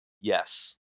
Yes